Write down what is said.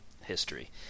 history